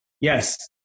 yes